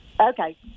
Okay